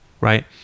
right